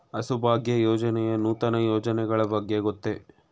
ಹಸುಭಾಗ್ಯ ಯೋಜನೆಯ ನೂತನ ಯೋಜನೆಗಳ ಬಗ್ಗೆ ಗೊತ್ತೇ?